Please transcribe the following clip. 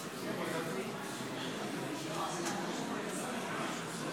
נגד יש עוד מישהו באולם שלא הצביע?